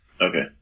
Okay